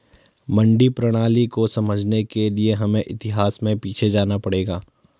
मंडी प्रणाली को समझने के लिए हमें इतिहास में पीछे जाना पड़ेगा